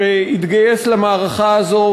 שהתגייס למערכה הזאת,